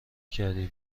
کردی